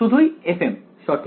শুধুই fm সঠিক